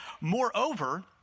Moreover